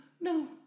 no